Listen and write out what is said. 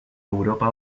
europa